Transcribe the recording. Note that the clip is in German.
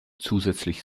zusätzlich